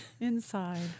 Inside